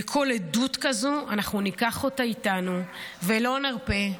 וכל עדות כזו אנחנו ניקח אותה איתנו ולא נרפה,